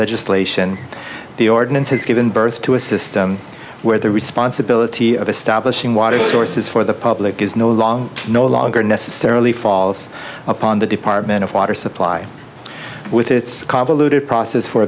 legislation the ordinance has given birth to a system where the responsibility of establishing water sources for the public is no longer no longer necessarily falls upon the department of water supply with its convoluted process for